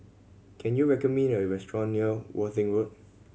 can you recommend me a restaurant near Worthing Road